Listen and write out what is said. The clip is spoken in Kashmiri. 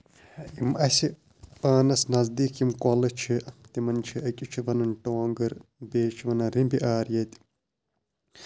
یِم اَسہِ پانَس نٔزدیٖک یِم کۄلہٕ چھِ تِمن چھِ أکِس چھِ وَنان ٹوٗنٛگٕر بیٚیِس چھِ وَنان ریٚمبی یار یٚیٚتہِ